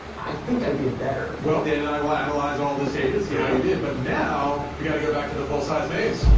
i think i did better. well, dane and i will analyze all this data see how you did, but now, we gotta go back to the full size maze.